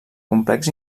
complex